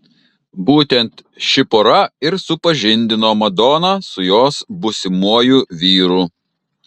būtent ši pora ir supažindino madoną su jos būsimuoju vyru